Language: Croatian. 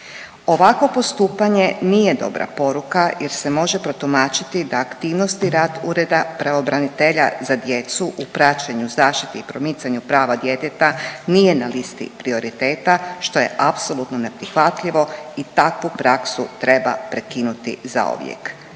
Ovakvo postupanje nije dobra poruka jer se može protumačiti da aktivnosti i rad Ureda pravobranitelja za djecu u praćenju, zaštiti i promicanju prava djeteta nije na listi prioriteta što je apsolutno neprihvatljivo i takvu praksu treba prekinuti zauvijek.